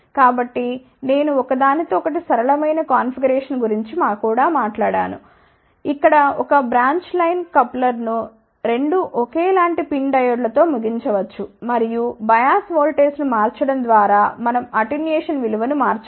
కాబట్టి నేను ఒకదానికొకటి సరళమైన కాన్ఫిగరేషన్ గురించి కూడా మాట్లాడాను ఇక్కడ ఒక బ్రాంచ్ లైన్ కప్లర్ను 2 ఒకే లాంటి PIN డయోడ్లతో ముగించవచ్చు మరియు బయాస్ ఓల్టేజ్ను మార్చడం ద్వారా మనం అటెన్యుయేషన్ విలువను మార్చవచ్చు